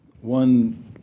one